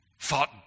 thought